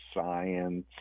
science